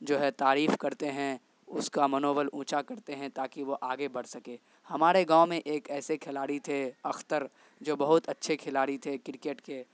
جو ہے تعریف کرتے ہیں اس کا منوبل اونچا کرتے ہیں تاکہ وہ آگے بڑھ سکے ہمارے گاؤں میں ایک ایسے کھلاڑی تھے اختر جو بہت اچھے کھلاڑی تھے کرکٹ کے